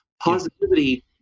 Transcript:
positivity